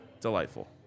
delightful